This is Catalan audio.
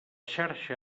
xarxa